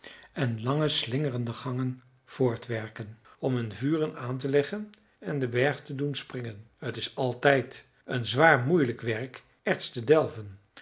en lange slingerende gangen voortwerken om hun vuren aan te leggen en den berg te doen springen t is altijd een zwaar moeielijk werk erts te delven